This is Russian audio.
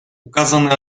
указанные